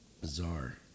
Bizarre